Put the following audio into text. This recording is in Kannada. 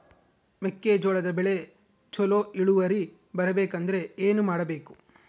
ಮೆಕ್ಕೆಜೋಳದ ಬೆಳೆ ಚೊಲೊ ಇಳುವರಿ ಬರಬೇಕಂದ್ರೆ ಏನು ಮಾಡಬೇಕು?